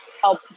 help